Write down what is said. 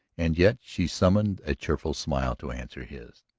and yet she summoned a cheerful smile to answer his.